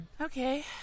Okay